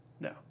No